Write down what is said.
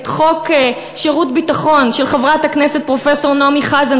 את חוק שירות ביטחון של חברת הכנסת פרופסור נעמי חזן,